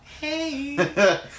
Hey